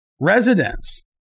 residents